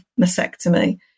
mastectomy